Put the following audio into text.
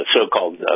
so-called